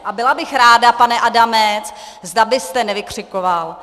A byla bych ráda, pane Adamče, zda byste nevykřikoval.